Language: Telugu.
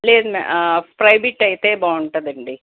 లేదు ఫ్రై బిట్ అయితే బాగుంటుందండి